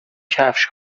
کفش